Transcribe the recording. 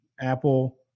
Apple